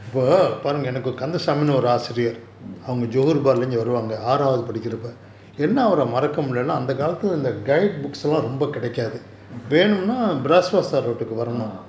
ah